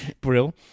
Brill